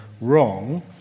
wrong